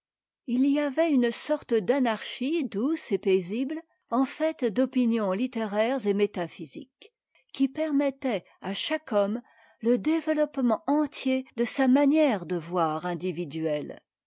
tt y avait une sorte d'anarchie douce et paisible en fait d'opinions littéraires et métaphysiques qui permettait à chaque homme le développement entier de sa manière de voir individuette